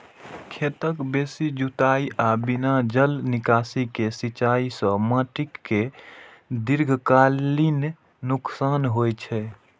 खेतक बेसी जुताइ आ बिना जल निकासी के सिंचाइ सं माटि कें दीर्घकालीन नुकसान होइ छै